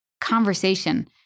conversation